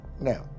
Now